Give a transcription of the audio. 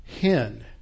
Hen